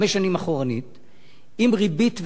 עם ריבית והצמדה,